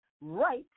right